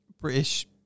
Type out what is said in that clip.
British